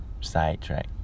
sidetrack